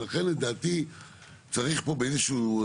ולכן, לדעתי צריך פה, באיזשהו,